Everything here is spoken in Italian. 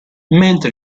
mentre